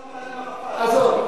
משא-ומתן עם ערפאת, עזוב.